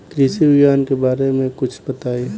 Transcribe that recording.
कृषि विज्ञान के बारे में कुछ बताई